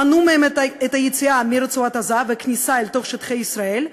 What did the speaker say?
מנעו מהם את היציאה מרצועת-עזה וכניסה אל תוך שטחי ישראל,